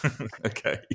Okay